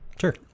Sure